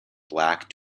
black